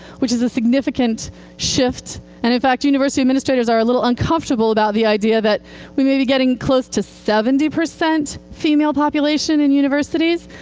which is a significant shift. and in fact, university administrators are a little uncomfortable about the idea that we may be getting close to seventy percent female population in universities.